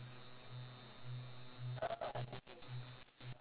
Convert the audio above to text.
like chili sauce chili anything cause I can take it but people cannot